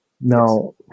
now